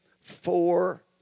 four